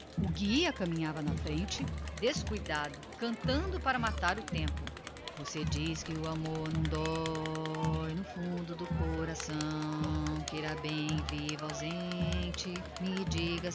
o guia cavalgava na frente distraído cantando para matar o tempo você diz que amor não dói no fundo do coração queira bem e viva ausente me dirá